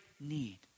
need